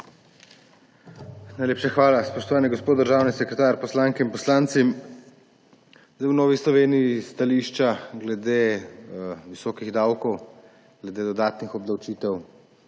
Najlepša hvala. Spoštovani gospod državni sekretar, poslanke in poslanci! Stališča Nove Slovenije glede visokih davkov, glede dodatnih obdavčitev,